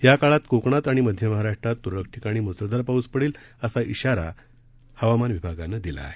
या काळात कोकणात आणि आणि मध्य महाराष्ट्रात तुरळक ठिकाणी मुसळधार पाऊस पडेल असा आरा हवामान विभागानं दिला आहे